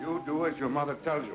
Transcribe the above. you do if your mother tells you